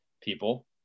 people